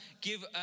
give